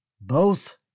Both